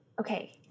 Okay